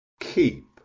Keep